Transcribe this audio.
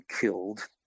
killed